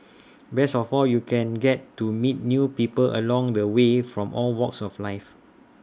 best of all you can get to meet new people along the way from all walks of life